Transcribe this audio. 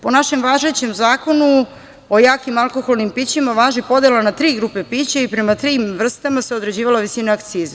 Po našem važećem Zakonu o jakim alkoholnim pićima važi podela na tri grupe pića i prema tim vrstama se određivala visina akcize.